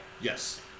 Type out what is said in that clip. Yes